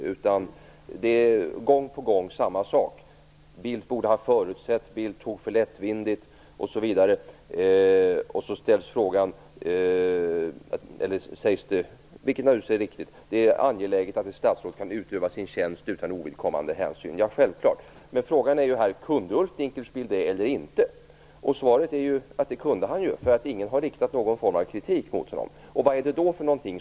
Gång på gång sägs samma sak: Bildt borde ha förutsett. Bildt tog för lättvindigt på det, osv. Det sägs också, vilket naturligtvis är riktigt, att det är angeläget att ett statsråd kan utöva sin tjänst utan ovidkommande hänsyn. Det är självklart. Men frågan är ju här om Ulf Dinkelspiel kunde det eller inte. Och svaret är att han kunde det. Ingen har ju riktat någon form av kritik mot honom. Vad är det då som är fel?